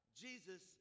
Jesus